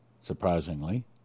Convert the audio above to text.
surprisingly